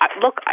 Look